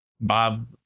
Bob